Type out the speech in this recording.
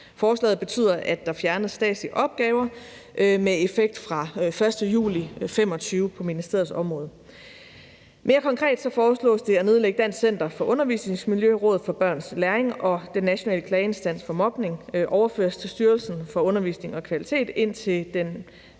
Forslaget betyder, at der fjernes statslige opgaver med effekt fra den 1. juli 2025 på ministeriets område. Mere konkret foreslås det at nedlægge Dansk Center for Undervisningsmiljø og Rådet for Børns Læring, og Den Nationale Klageinstans mod Mobning overføres til Styrelsen for Undervisning og Kvalitet, indtil den